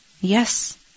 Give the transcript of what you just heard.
Yes